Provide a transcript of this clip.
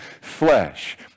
flesh